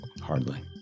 Hardly